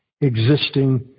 existing